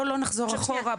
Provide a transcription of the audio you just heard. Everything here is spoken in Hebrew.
בואי לא נחזור אחורה,